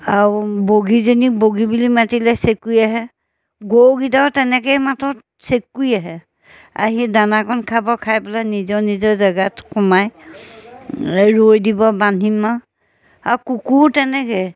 আৰু বগীজনীক বগী বুলি মাতিলে চেঁকুৰী আহে গৰুকেইটাও তেনেকৈয়ে মাতোঁ চেঁকুৰী আহে আহি দানাকণ খাব খাই পেলাই নিজৰ নিজৰ জেগাত সোমাই ৰৈ দিব বান্ধিম আৰু আৰু কুকুৰ তেনেকৈ